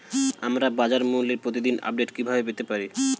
আমরা বাজারমূল্যের প্রতিদিন আপডেট কিভাবে পেতে পারি?